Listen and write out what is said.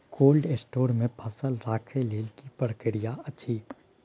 Cold store मे फसल रखय लेल की प्रक्रिया अछि?